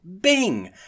Bing